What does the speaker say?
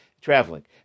traveling